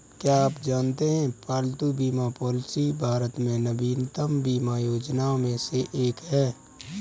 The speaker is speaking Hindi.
क्या आप जानते है पालतू बीमा पॉलिसी भारत में नवीनतम बीमा योजनाओं में से एक है?